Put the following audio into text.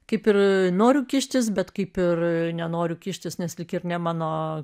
kaip ir noriu kištis bet kaip ir nenoriu kištis nes lyg ir ne mano